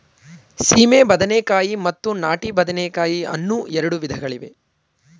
ಸೀಮೆ ಬದನೆಕಾಯಿ ಮತ್ತು ನಾಟಿ ಬದನೆಕಾಯಿ ಅನ್ನೂ ಎರಡು ವಿಧಗಳಿವೆ